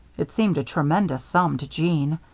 it seemed a tremendous sum to jeanne.